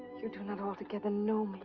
you do not altogether know me.